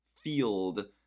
field